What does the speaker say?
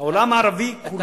העולם הערבי כולו,